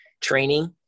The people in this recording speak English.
training